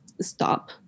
stop